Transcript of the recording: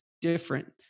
different